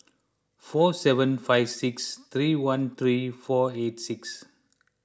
four seven five six three one three four eight six